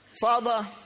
Father